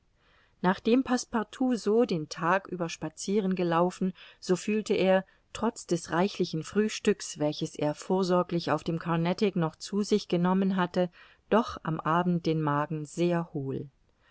nachdem passepartout so den tag über spazieren gelaufen so fühlte er trotz des reichlichen frühstücks welches er vorsorglich auf dem carnatic noch zu sich genommen hatte doch am abend den magen sehr hohl